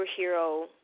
superhero